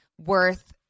worth